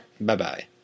Bye-bye